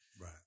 Right